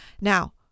now